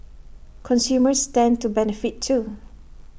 consumers stand to benefit too